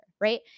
right